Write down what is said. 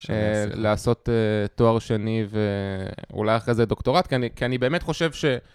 לעשות תואר שני ואולי אחרי זה דוקטורט, כי אני...כי אני באמת חושב ש...